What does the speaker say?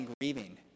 grieving